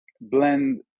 blend